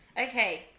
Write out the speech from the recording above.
okay